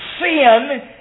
sin